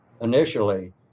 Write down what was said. initially